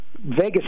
Vegas